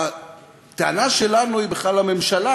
הטענה שלנו היא בכלל לממשלה,